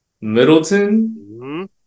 Middleton